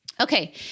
Okay